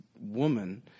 woman